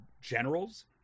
generals